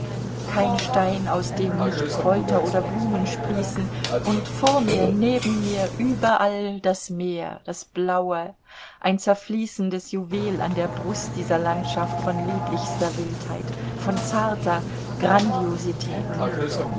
kein stein aus dem nicht kräuter oder blumen sprießen und vor mir neben mir überall das meer das blaue ein zerfließendes juwel an der brust dieser landschaft von lieblichster wildheit von zarter